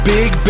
Big